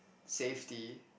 safety